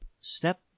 step